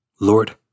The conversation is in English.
Lord